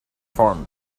farm